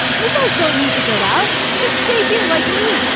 you guys don't need to go out. just stay here like me.